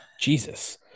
Jesus